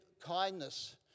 kindness